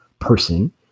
person